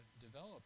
develop